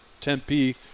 Tempe